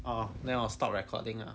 orh then 我 stop recording liao